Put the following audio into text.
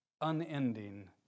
unending